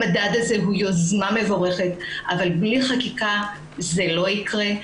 המדד הזה הוא יוזמה מבורכת אבל בלי חקיקה זה לא יקרה.